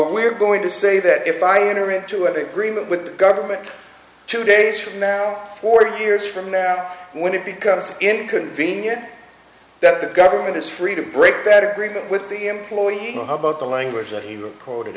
we're going to say that if i enter into a big green room with the government two days from now four years from now when it becomes inconvenient that the government is free to break that agreement with the employer about the language that he recorded